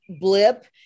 blip